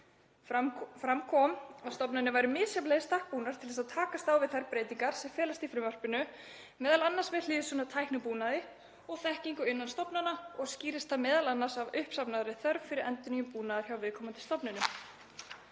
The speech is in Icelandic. Fram kom að stofnanir væru misjafnlega í stakk búnar til að takast á við þær breytingar sem felast í frumvarpinu, m.a. með hliðsjón af tæknibúnaði og þekkingu innan stofnana og skýrist það m.a. af uppsafnaðri þörf fyrir endurnýjun búnaðar hjá viðkomandi stofnunum.